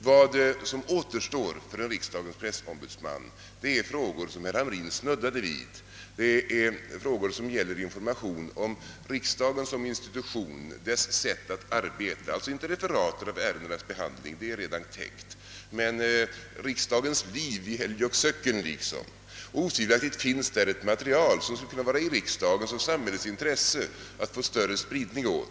Vad som återstår för en riksdagens pressombudsman är frågor av det slag som herr Hamrin i Jönköping snuddade vid, alltså frågor som gäller riksdagen som institution och riksdagens sätt att arbeta, alltså inte referat av ärendenas behandling. Det senare behovet är redan täckt. Men när det gäller riksdagens liv i helg och söcken så att säga, finns det otvivelaktigt ett material, som det kan vara ett riksdagens och samhällets intresse att få större spridning för.